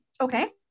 Okay